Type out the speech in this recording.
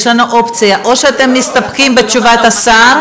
יש לנו אופציות: או שאתם מסתפקים בתשובת השר,